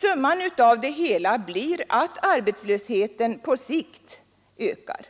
Summan av det hela blir att arbetslösheten på sikt ökar.